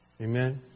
Amen